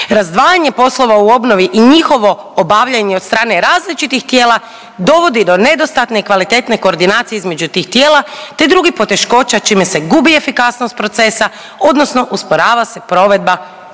Razdvajanje poslova u obnovi i njihovo obavljanje od strane različitih tijela dovodi do nedostatne i kvalitetne koordinacije između tih tijela, te drugih poteškoća čime se gubi efikasnost procesa, odnosno usporava se provedba obnove.